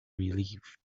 relieved